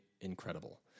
incredible